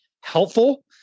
helpful